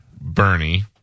Bernie